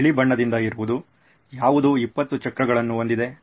ಬಿಳಿ ಬಣ್ಣದಿಂದ ಇರುವುದು ಯಾವುದು 20 ಚಕ್ರಗಳನ್ನು ಹೊಂದಿದೆ